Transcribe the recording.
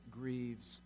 grieves